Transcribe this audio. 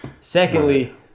Secondly